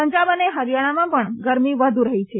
પંજાબ અને હરીયાણામાં પણ ગરમી વધી રહી છે